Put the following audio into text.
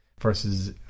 versus